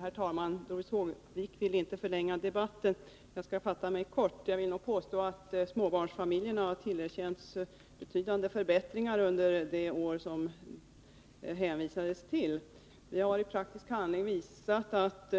Herr talman! Doris Håvik ville inte förlänga debatten, och jag skall fatta mig kort. Jag vill påstå att småbarnsfamiljerna tillerkändes betydande förbättringar under de år det hänvisas till. Vi har i praktisk handling visat att